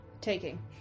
taking